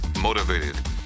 motivated